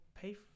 pay